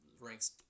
ranks